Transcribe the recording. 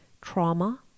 trauma